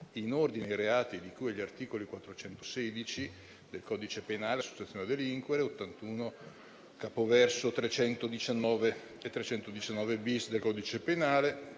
in ordine ai reati di cui agli articoli 416 del codice penale (associazione a delinquere); 81 capoverso, 319 e 319-*bis* del codice penale